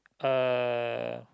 uh